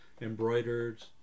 embroidered